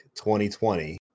2020